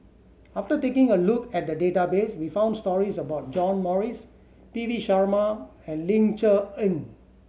after taking a look at the database we found stories about John Morrice P V Sharma and Ling Cher Eng